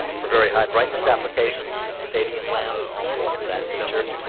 for very high brightness applications, stadium lamps and things of that nature,